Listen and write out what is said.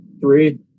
three